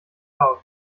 cloud